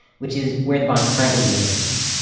which is where the bond currently lives.